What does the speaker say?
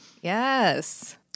Yes